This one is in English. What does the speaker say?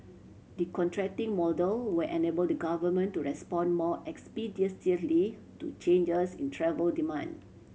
the contracting model will enable the Government to respond more expeditiously to changes in travel demand